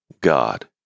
God